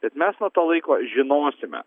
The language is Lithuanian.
kad mes nuo to laiko žinosime